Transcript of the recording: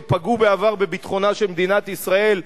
שפגעו בעבר בביטחונה של מדינת ישראל,